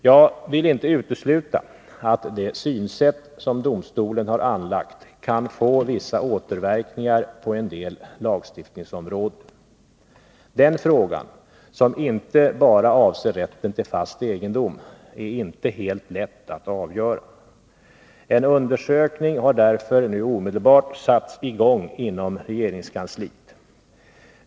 Jag vill inte utesluta att det synsätt som domstolen har anlagt kan få vissa återverkningar på en del lagstiftningsområden. Den frågan, som inte bara avser rätten till fast egendom, är inte helt lätt att avgöra. En undersökning har därför nu omedelbart satts i gång inom regeringskansliet.